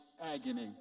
agony